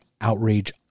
outrage